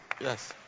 Yes